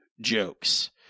jokes